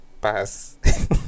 pass